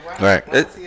Right